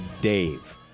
Dave